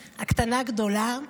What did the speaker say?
הקטנה-גדולה,